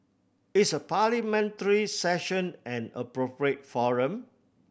is a Parliamentary Session an appropriate forum